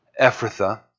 Ephrathah